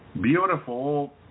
Beautiful